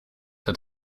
had